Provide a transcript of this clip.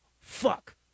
fuck